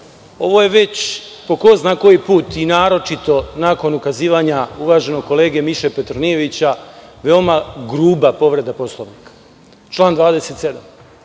ovo je već po ko zna koji put, a naročito nakon ukazivanja uvaženog kolege Miše Petronijevića, gruba povreda Poslovnika. Član 27.